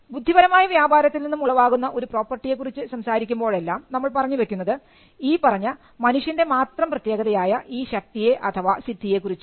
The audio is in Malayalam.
ബുദ്ധിപരമായ വ്യാപാരത്തിൽ നിന്നും ഉളവാകുന്ന ഒരു പ്രോപ്പർട്ടിയെ കുറിച്ച് സംസാരിക്കുമ്പോഴെല്ലാം നമ്മൾ പറഞ്ഞു വയ്ക്കുന്നത് ഈ പറഞ്ഞ മനുഷ്യൻറെ മാത്രം പ്രത്യേകതയായ ഈ ശക്തിയെ അഥവാ സിദ്ധിയെ കുറിച്ചാണ്